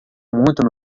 muito